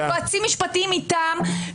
כמו יועצים משפטיים מטעם,